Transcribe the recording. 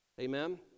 Amen